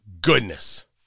goodness